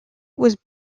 was